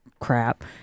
crap